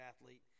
athlete